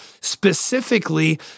Specifically